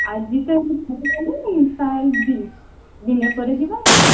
ଆଜିକାଲି ତାର ଦି ଦିନେ ପରେ ଯିବା